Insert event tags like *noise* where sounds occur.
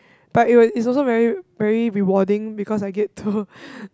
but it will it's also very very rewarding because I get to *breath*